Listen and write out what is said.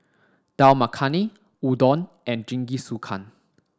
Dal Makhani Udon and Jingisukan